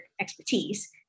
expertise